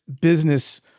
business